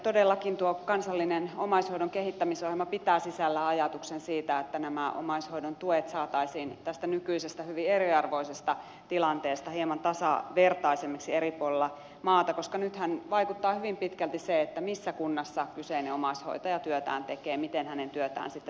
todellakin tuo kansallinen omaishoidon kehittämisohjelma pitää sisällään ajatuksen siitä että nämä omaishoidon tuet saataisiin tästä nykyisestä hyvin eriarvoisesta tilanteesta hieman tasavertaisemmiksi eri puolilla maata koska nythän vaikuttaa hyvin pitkälti se missä kunnassa kyseinen omaishoitaja työtään tekee siihen miten hänen työtään sitten taloudellisesti tuetaan